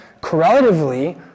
Correlatively